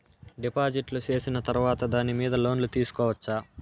డిపాజిట్లు సేసిన తర్వాత దాని మీద లోను తీసుకోవచ్చా?